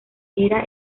era